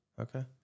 Okay